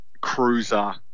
Cruiser